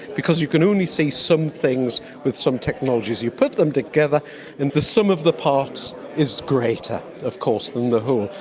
because you can only see some things with some technologies, you put them together and the sum of the parts is greater of course than the whole.